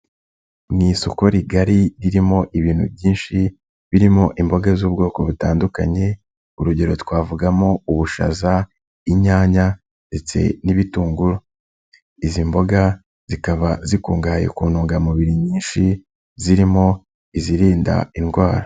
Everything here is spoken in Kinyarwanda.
Mu isoko rigari ririmo ibintu byinshi birimo imboga z'ubwoko butandukanye, urugero twavugamo ubushaza, inyanya ndetse n'ibitunguru. Izi mboga zikaba zikungahaye ku ntungamubiri nyinshi zirimo izirinda indwara.